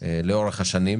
לאורך שנים